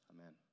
Amen